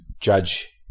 judge